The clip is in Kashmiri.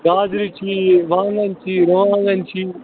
گازرِ چھِی وانٛگَن چھِی رُوانٛگَن چھِی